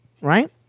right